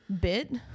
bit